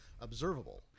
observable